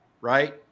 right